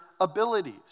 abilities